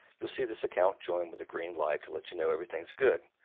you see this account joined with a green light to let you know everything's good,